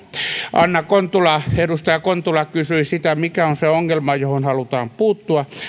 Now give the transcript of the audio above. edustaja kontula kysyi sitä mikä on se ongelma johon halutaan puuttua no